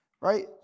right